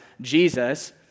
Jesus